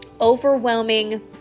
overwhelming